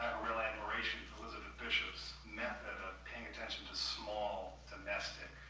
real admiration for elizabeth bishop's method of paying attention to small, domestic,